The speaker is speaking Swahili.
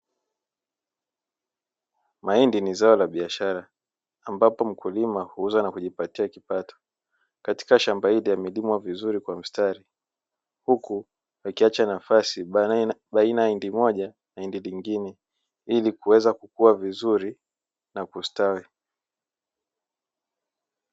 Mahindi ni zao la biashara, ambapo mkulima huuza na kujipatia kipato. Katika shamba hili yamelimwa vizuri kwa mstari, huku likiacha nafasi baina ya hindi moja na hindi lingine, ili kuweza kukua vizuri na kustawi.